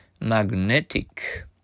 Magnetic